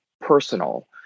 personal